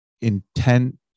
intent